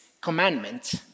commandments